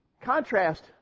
Contrast